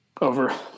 Over